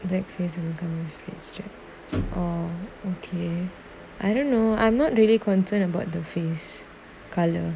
black face mixture oh okay I don't know I'm not really concerned about the face colour